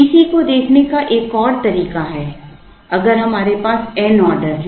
TC को देखने का एक और तरीका है अगर हमारे पास n ऑर्डर हैं